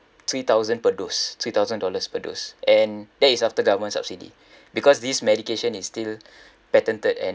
three thousand per dose three thousand dollars per dose and that is after government subsidy because these medication is still patented and